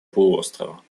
полуострова